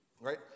right